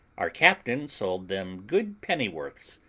our captain sold them good pennyworths,